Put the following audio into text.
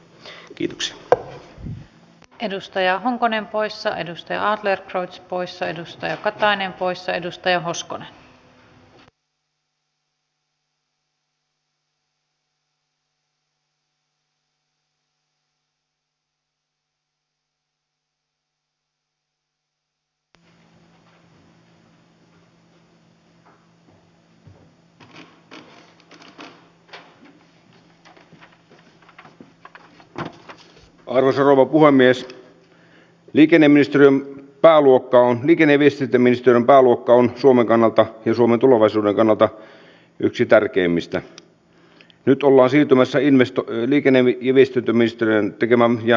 esimerkiksi edustaja tölli piti erittäin hyvän puheenvuoron ja useampi edustaja on kiinnittänyt huomiota siihen miten me saamme kansalaisten luottamuksen näinä aikoina kun tehdään isoja muutoksia siihen että päätöksenteko on sellaista että se pohjautuu tietoon ja kaikki kansalaiset voivat luottaa siihen että siinä pyritään tasapuolisuuteen ja että päätökset arvioidaan kunnolla